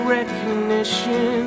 recognition